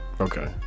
Okay